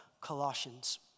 Colossians